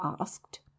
asked